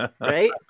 Right